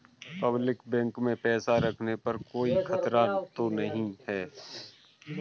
Public bank में पैसा रखने पर कोई खतरा तो नहीं है?